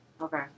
Okay